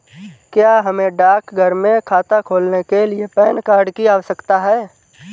क्या हमें डाकघर में खाता खोलने के लिए पैन कार्ड की आवश्यकता है?